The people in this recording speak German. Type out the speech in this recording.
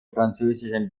französischen